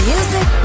Music